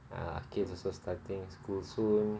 ah kids also starting school soon